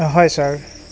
হয় ছাৰ